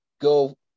go